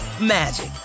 magic